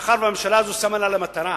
מאחר שהממשלה הזאת שמה לה למטרה